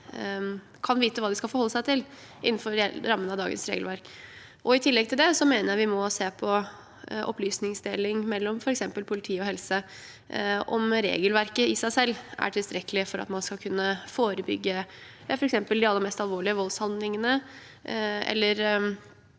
kan vite hva de skal forholde seg til innenfor rammen av dagens regelverk. I tillegg til det mener jeg vi må se på opplysningsdeling mellom f.eks. politi og helse, om regelverket i seg selv er tilstrekkelig for at man skal kunne forebygge f.eks. de aller mest alvorlige voldshandlingene, eller